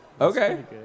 Okay